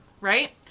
right